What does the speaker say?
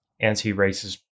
anti-racist